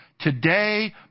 today